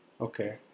Okay